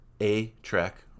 A-Track